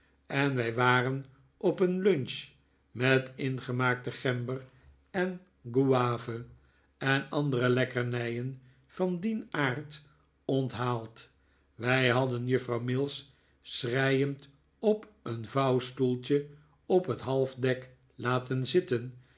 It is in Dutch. en wij waren op een lunch met ingemaakte gember en guava en andere lekkernijen van dien aard onthaald wij hadden juffrouw mills schreiend op een vouwstoeltje op het halfdek laten zitten